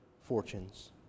fortunes